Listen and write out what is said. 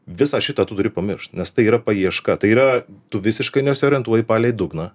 visą šitą tu turi pamiršt nes tai yra paieška tai yra tu visiškai nesiorientuoji palei dugną